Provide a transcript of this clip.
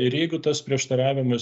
ir jeigu tas prieštaravimas